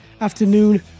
afternoon